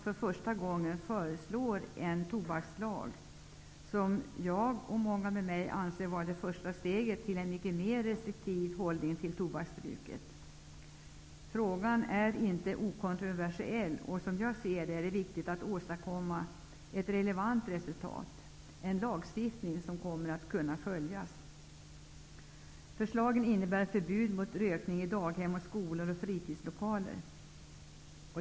För första gången föreslås en tobakslag, som jag och många med mig anser vara det första steget mot en mycket restriktivare hållning till tobaksbruket. Frågan är inte okontroversiell. Som jag ser saken är det viktigt att åstadkomma ett relevant resultat: en lagstiftning som kan följas. Förslagen innebär förbud mot rökning i daghem, på skolor och i fritidslokaler.